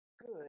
good